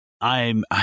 I'm-